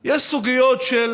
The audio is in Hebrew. יש סוגיות של